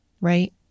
right